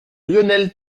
lionel